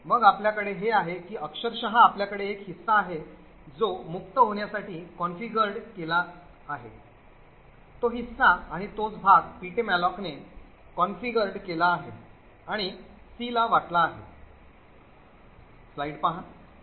तर मग आपल्याकडे हे आहे की अक्षरशः आपल्याकडे एक हिस्सा आहे जो मुक्त होण्यासाठी कॉन्फिगर केलेला आहे तो हिस्सा आणि तोच भाग ptmalloc ने कॉन्फिगर केला आहे आणि c ला वाटला आहे